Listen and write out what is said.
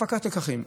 הפקת לקחים.